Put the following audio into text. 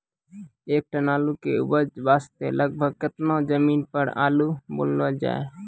एक टन आलू के उपज वास्ते लगभग केतना जमीन पर आलू बुनलो जाय?